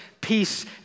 peace